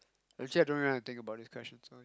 actually I don't really want to think about these question so